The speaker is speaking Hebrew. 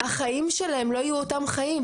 החיים שלהם לא יהיו אותם חיים,